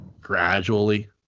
gradually